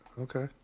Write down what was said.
Okay